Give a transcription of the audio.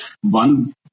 one